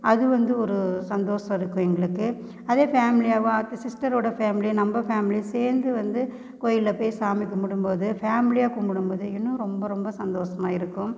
அது வந்து ஒரு சந்தோஷம் இருக்கும் எங்களுக்கு அதே ஃபேம்லியாகவோ அது சிஸ்டரோடய ஃபேம்லியும் நம்ப ஃபேம்லியும் சேர்ந்து வந்து கோயிலில் போய் சாமி கும்பிடும் போது ஃபேம்லியாக கும்பிடும் போது இன்னும் ரொம்ப ரொம்ப சந்தோஷமாக இருக்கும்